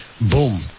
Boom